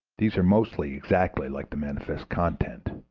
these are mostly exactly like the manifest content.